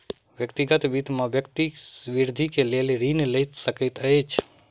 व्यक्तिगत वित्त में व्यक्ति वृद्धि के लेल ऋण लय सकैत अछि